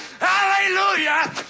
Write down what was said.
Hallelujah